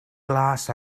glas